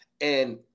and-